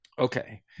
okay